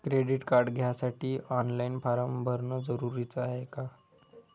Credit card घ्यासाठी online form भरन जरुरीच हाय का?